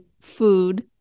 food